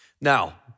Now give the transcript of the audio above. Now